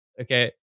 Okay